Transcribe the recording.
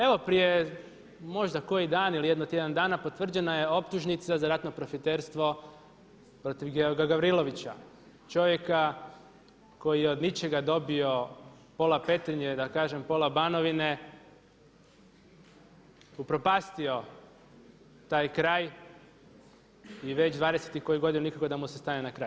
Evo prije možda koji dan ili jedno tjedan dana potvrđena je optužnica za ratno profiterstvo protiv Georga Gavrilovića čovjeka koji je od ničega dobio pola Petrinje, da kažem pola Banovine, upropastio taj kraj i već dvadeset i koju godinu nikako da mu se stane na kraj.